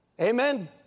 Amen